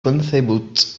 concebut